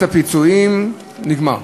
נגמר,